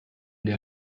der